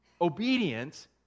Obedience